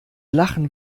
lachen